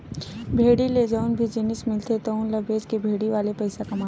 भेड़ी ले जउन भी जिनिस मिलथे तउन ल बेचके भेड़ी वाले पइसा कमाथे